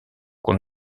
qu’on